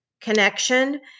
connection